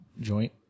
joint